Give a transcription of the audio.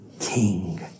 King